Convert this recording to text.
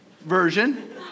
version